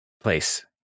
place